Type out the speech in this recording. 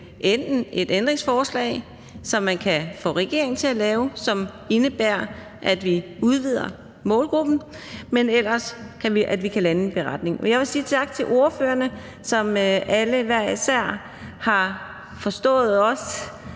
et ændringsforslag, som man kan få regeringen til at lave, som indebærer, at vi udvider målgruppen, eller at vi kan lande en beretning, og jeg vil sige tak til ordførerne, som alle hver især har forstået og